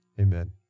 Amen